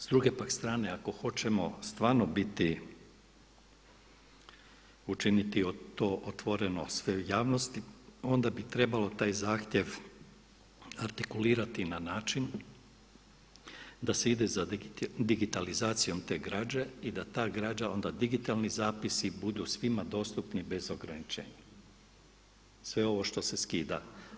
S druge pak strane ako hoćemo stvarno biti učiniti to otvoreno sve javnosti onda bi trebalo taj zahtjev artikulirati na način da se ide za digitalizacijom te građe i da ta građa onda ti digitalni zapisi budu svima dostupni bez ograničenja, sve ovo što se skida.